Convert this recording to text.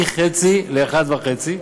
מ-0.5 ל-1.5,